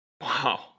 Wow